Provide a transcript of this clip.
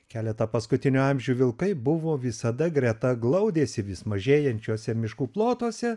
keletą paskutinių amžių vilkai buvo visada greta glaudėsi vis mažėjančiuose miškų plotuose